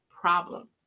problem